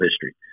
history